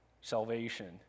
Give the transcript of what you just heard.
salvation